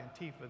Antifa